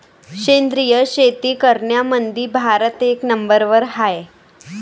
सेंद्रिय शेती करनाऱ्याईमंधी भारत एक नंबरवर हाय